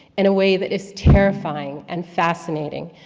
in a way that is terrifying and fascinating,